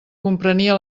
comprenia